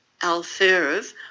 Alferov